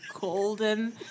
golden